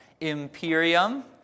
Imperium